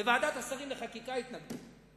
בוועדת השרים לחקיקה הם התנגדו.